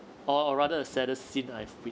or a rather a saddest scene I have seen